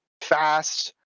fast